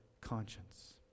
conscience